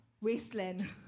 wasteland